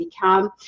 become